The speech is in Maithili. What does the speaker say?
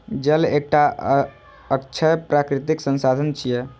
जल एकटा अक्षय प्राकृतिक संसाधन छियै